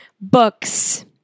Books